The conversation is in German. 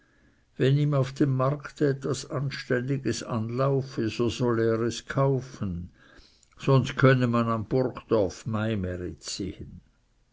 wenn ihm auf dem markt etwas anständiges anlaufe so solle er es kaufen sonst könne man am burgdorfmaimärit sehen